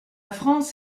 france